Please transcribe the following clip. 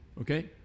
Okay